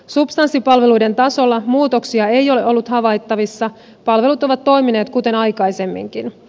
substanssipalveluiden tasolla muutoksia ei ole ollut havaittavissa palvelut ovat toimineet kuten aikaisemminkin